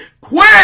Quit